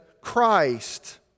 Christ